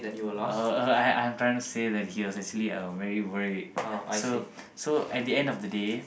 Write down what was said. uh I I I'm trying to say he was actually very worried so so at the end of the day